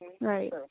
Right